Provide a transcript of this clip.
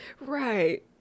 right